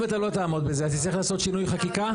אתה לא תעמוד בזה אתה תצטרך לעשות שינוי חקיקה.